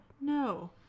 No